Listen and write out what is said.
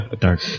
Dark